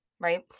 right